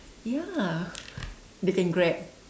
ya they can Grab